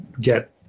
get